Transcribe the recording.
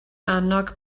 annog